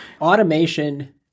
Automation